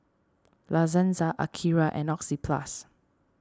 La Senza Akira and Oxyplus